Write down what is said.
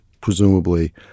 presumably